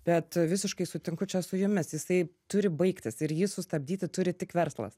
bet visiškai sutinku čia su jumis jisai turi baigtis ir jį sustabdyti turi tik verslas